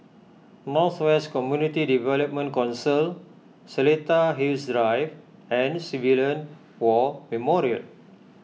North West Community Development Council Seletar Hills Drive and Civilian War Memorial